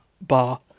bar